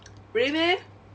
really meh